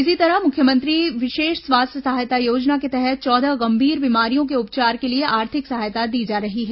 इसी तरह मुख्यमंत्री विशेष स्वास्थ्य सहायता योजना के तहत चौदह गंभीर बीमारियों के उपचार के लिए आर्थिक सहायता दी जा रही है